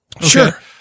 Sure